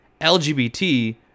LGBT